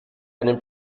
einem